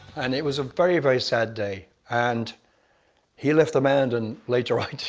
and it was a very very sad day, and he left the band and later i did.